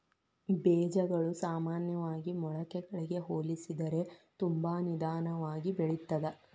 ಬೇಜಗಳು ಸಾಮಾನ್ಯವಾಗಿ ಮೊಳಕೆಗಳಿಗೆ ಹೋಲಿಸಿದರೆ ತುಂಬಾ ನಿಧಾನವಾಗಿ ಬೆಳಿತ್ತದ